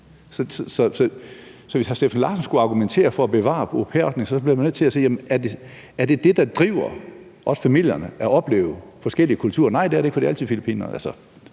hvis hr. Steffen Larsen skal argumentere for at bevare au pair-ordningen, bliver man nødt til at spørge: Er det, der driver familierne, også at opleve forskellige kulturer? Og svaret er, at det er det ikke, for det er næsten altid filippinere;